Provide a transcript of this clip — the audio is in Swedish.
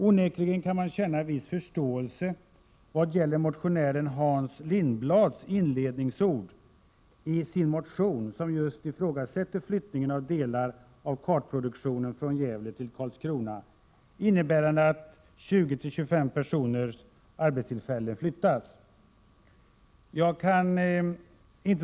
Onekligen kan man känna viss förståelse för motionären Hans Lindblads inledningsord i sin motion, där han just ifrågasätter flyttning av delar av kartproduktionen från Gävle till Karlskrona innebärande att 20—25 personers arbetstillfällen flyttas.